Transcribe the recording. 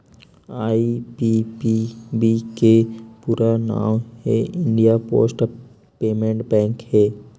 IPPB के पूरा नांव हे इंडिया पोस्ट पेमेंट बेंक हे